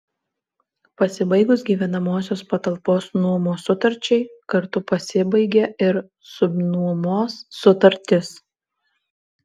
pasibaigus gyvenamosios patalpos nuomos sutarčiai kartu pasibaigia ir subnuomos sutartis